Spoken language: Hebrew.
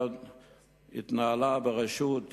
שהתנהלה בראשות